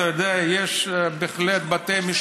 יש חוק ויש